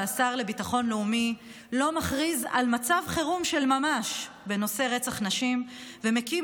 השר לביטחון לאומי לא מכריז על מצב חירום של ממש בנושא רצח נשים ומקים